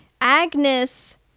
Agnes